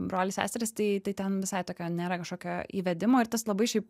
broliai seserys tai tai ten visai tokio nėra kažkokio įvedimo ir tas labai šiaip